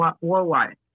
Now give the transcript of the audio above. worldwide